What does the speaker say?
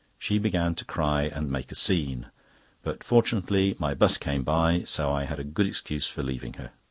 she began to cry and make a scene but fortunately my bus came by, so i had a good excuse for leaving her.